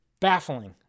baffling